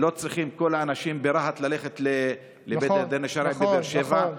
כל האנשים ברהט לא צריכים ללכת לבית הדין השרעי בבאר שבע.